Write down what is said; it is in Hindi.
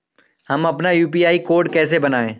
हम अपना यू.पी.आई कोड कैसे बनाएँ?